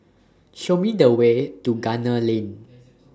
Show Me The Way to Gunner Lane